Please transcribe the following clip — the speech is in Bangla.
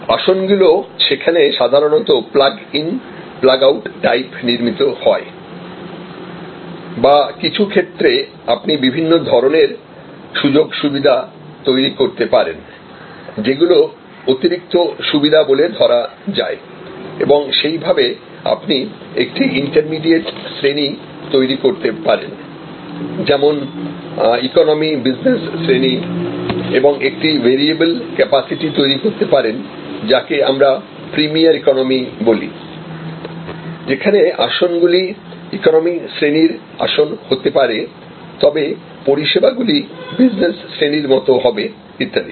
আসনগুলি সেখানে সাধারণত plug in plug out type নির্মিত হয় বা কিছু ক্ষেত্রে আপনি বিভিন্ন ধরণের সুযোগ সুবিধা তৈরি করতে পারেন যেগুলি অতিরিক্ত সুবিধা বলে ধরা যায় এবং সেই ভাবে আপনি একটা ইন্টারমিডিয়েট শ্রেণি তৈরি করতে পারেন যেমন ইকোনোমি বিজনেস শ্রেণী এবং একটি ভেরিয়েবল ক্যাপাসিটি তৈরি করতে পারেন যাকে আমরা প্রিমিয়ার ইকোনোমি বলি যেখানে আসনগুলি ইকোনোমি শ্রেণীর আসন হতে পারে তবে পরিষেবাগুলি বিজনেস শ্রেণীর মত হবে ইত্যাদি